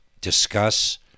discuss